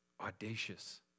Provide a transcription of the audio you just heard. audacious